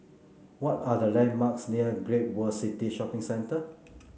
what are the landmarks near Great World City Shopping Centre